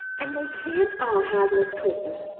and they can't all have miss clinton.